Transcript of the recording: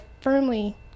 firmly